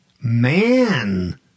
man